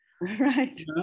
Right